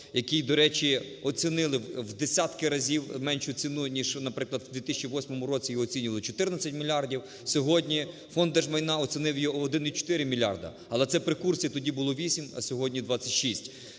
який, до речі, оцінили в десятки разів меншу ціну ніж, наприклад, в 2008 році, його оцінювали в 14 мільярдів, сьогодні Фонд держмайна оцінив його в 1,4 мільярда. Але це при курсі: тоді було 8, а сьогодні - 26.